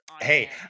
Hey